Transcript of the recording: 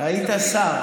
היית שר,